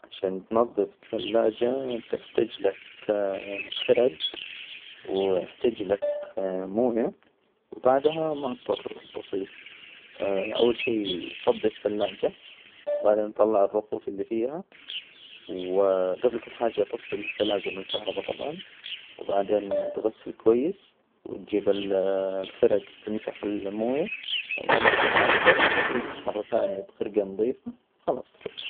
عشان تنظف الثلاجة، تحتاجلك خرج ويحتاج لك موية. وبعدها ما اضطر بسيط. أول شي فض الثلاجة وبعدين طلع الرفوف اللي فيها و جبل كل حاجة تفصل الثلاجة من الكهرباء طبعا وبعدين تغسل كويس وتجيب ال الخرج تمسح المويه وبعدين تتعطر تمسح مرة ثانيه بخرجة نظيفة خلاص تحطها.